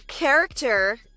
character